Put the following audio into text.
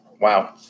wow